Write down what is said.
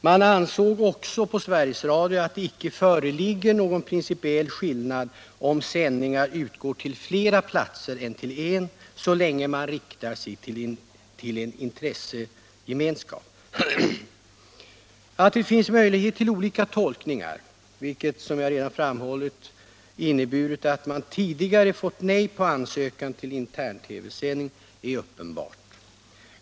Man ansåg också på Sveriges Radio att det inte föreligger någon principiell skillnad om sändningar utgår till fler platser eller om de utgår till endast en plats så länge man riktar sig till en intressegemenskap. Att det finns möjlighet till olika tolkningar, vilket — som jag redan framhållit — inneburit att man tidigare fått nej på ansökan till intern TV-sändning, är uppenbart.